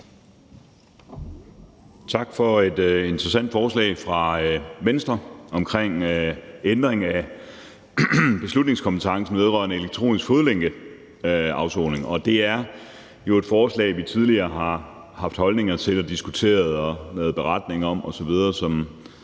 Tak for et interessant forslag fra Venstre om ændring af beslutningskompetencen vedrørende elektronisk fodlænkeafsoning. Det er jo et forslag, vi tidligere har haft holdninger til, diskuteret og lavet beretning om osv.,